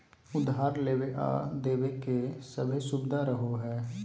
उधार लेबे आर देबे के सभै सुबिधा रहो हइ